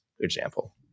example